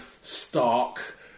stark